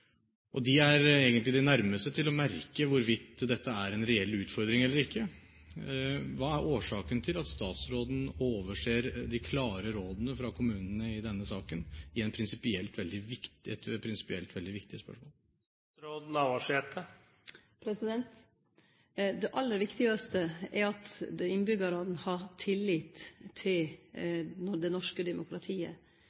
at de er for. Disse er egentlig de nærmeste til å merke hvorvidt dette er en reell utfordring eller ikke. Hva er årsaken til at statsråden overser de klare rådene fra kommunene i denne saken, i et prinsipielt veldig viktig spørsmål? Det aller viktigaste er at innbyggjarane har tillit til